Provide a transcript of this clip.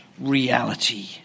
reality